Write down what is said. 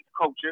culture